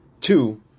Two